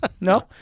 No